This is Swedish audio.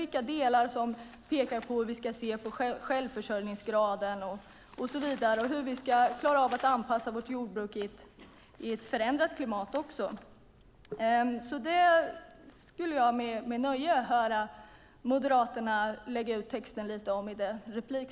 Vilka delar pekar på hur vi ska se på självförsörjningsgraden och så vidare, och hur ska vi klara av att anpassa vårt jordbruk i ett förändrat klimat? Det skulle jag med nöje höra Bengt-Anders Johansson från Moderaterna lägga ut texten om i sin replik.